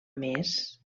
més